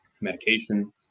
medication